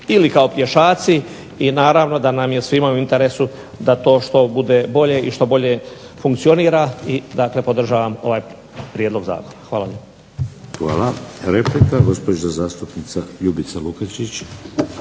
ili kao pješaci i naravno da nam je svima u interesu da to što bude bolje i što bolje funkcionira. I dakle, podržavam ovaj prijedlog zakona. **Šeks, Vladimir (HDZ)** Hvala. Replika, gospođa zastupnica Ljubica Lukačić.